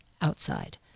outside